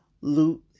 loot